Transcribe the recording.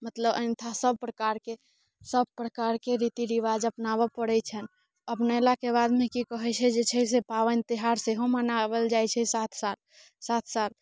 मतलब अन्यथा सब प्रकारके सब प्रकारके रीति रिवाज अपनाबै पड़ैत छनई अपनेलाके बादमे की कहैत छै जे छै से पाबनि तिहार सेहो मनाओल जाइत छै साथ साथ साथ साथ